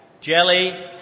jelly